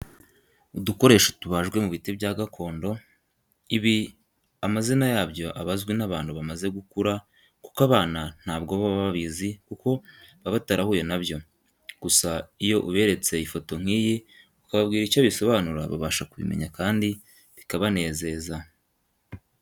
Udukoresho tubajwe mu biti bya gakondo, ibi amazina yabyo aba azwi n'abantu bamaze gukura kuko abana ntabwo bo baba babizi kuko baba batarahuye na byo, gusa iyo uberetse ifoto nk'iyi ukababwira icyo bisobanura babasha kubimenya kandi bikabanezeza.